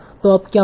तों अब क्या होगा